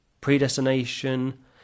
Predestination